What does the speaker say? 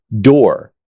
door